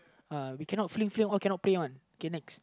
uh we cannot fling fling all cannot play one okay next